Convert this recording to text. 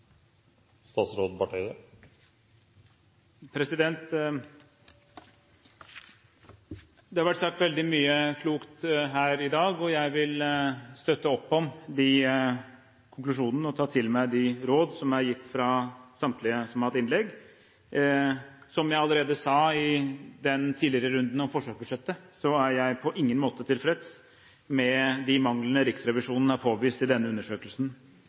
statsråd Barth Eide i spissen. Det har vært sagt veldig mye klokt her i dag, og jeg vil støtte opp om konklusjonene og ta til meg de råd som er gitt fra samtlige som har hatt innlegg. Som jeg allerede sa i den tidligere runden om forsvarsbudsjettet, er jeg på ingen måte tilfreds med de manglene Riksrevisjonen har påvist i denne undersøkelsen.